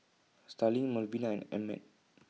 Starling Melvina and Emmett